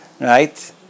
right